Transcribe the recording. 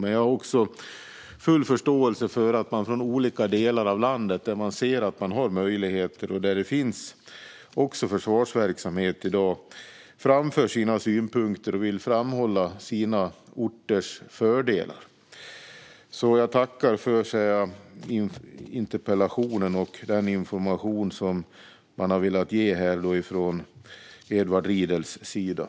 Men jag har också full förståelse för att man från olika delar av landet, där man ser att man har möjligheter och där det också finns försvarsverksamhet i dag, framför sina synpunkter och vill framhålla sina orters fördelar. Jag tackar därför för interpellationen och för den information som Edward Riedl här har gett.